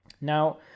Now